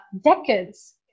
decades